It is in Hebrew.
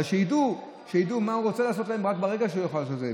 אבל שידעו מה הוא רוצה לעשות להם רק ברגע שיוכל לעשות להם,